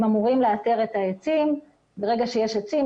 הם אמורים לאתר את העצים וברגע שיש עצים,